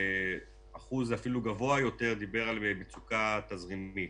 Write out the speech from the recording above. ואחוז אפילו גבוה יותר דיבר על מצוקה תזרימית.